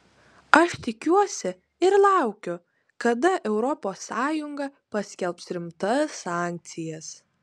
aš tikiuosi ir laukiu kada europos sąjunga paskelbs rimtas sankcijas